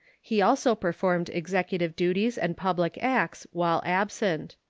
he also performed executive duties and public acts while absent.